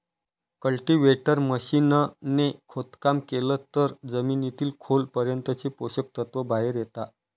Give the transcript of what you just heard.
cultivator machine ने खोदकाम केलं तर जमिनीतील खोल पर्यंतचे पोषक तत्व बाहेर येता